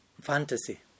fantasy